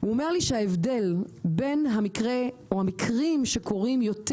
הוא אומר לי שההבדל בין המקרה או המקרים שקורים יותר